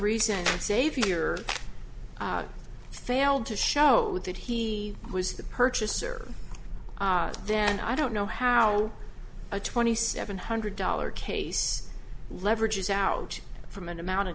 reason savior failed to show that he was the purchaser then i don't know how a twenty seven hundred dollars case leverage is out from an amount of